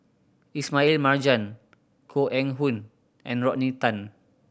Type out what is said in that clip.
Ismail Marjan Koh Eng Hoon and Rodney Tan